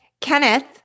Kenneth